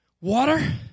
water